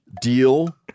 deal